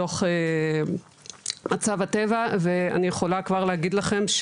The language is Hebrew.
דוח מצב הטבע, ואני יכולה כבר להגיד לכם,